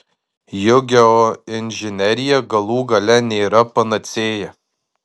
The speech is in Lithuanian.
juk geoinžinerija galų gale nėra panacėja